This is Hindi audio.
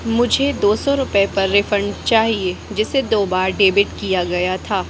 मुझे दो सौ रुपये पर रिफ़ंड चाहिए जिसे दो बार डेबिट किया गया था